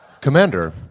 Commander